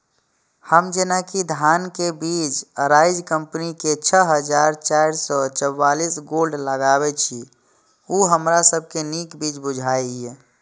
हम जेना कि धान के बीज अराइज कम्पनी के छः हजार चार सौ चव्वालीस गोल्ड लगाबे छीय उ हमरा सब के नीक बीज बुझाय इय?